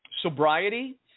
sobriety